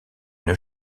une